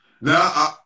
Now